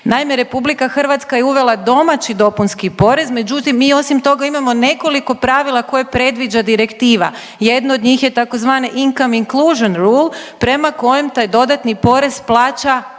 Naime, RH je uvela domaći dopunski porez, međutim, mi osim toga imamo nekoliko pravila koje predviđa direktiva. Jedno od njih je tzv. income inclusion rule, prema kojem taj dodatni porez plaća